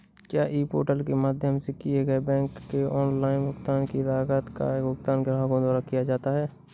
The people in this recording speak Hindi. क्या ई पोर्टल के माध्यम से किए गए बैंक के ऑनलाइन भुगतान की लागत का भुगतान ग्राहकों द्वारा किया जाता है?